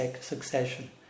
succession